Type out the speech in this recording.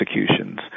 executions